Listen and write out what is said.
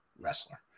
wrestler